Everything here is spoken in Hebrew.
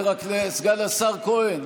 סגן השר כהן,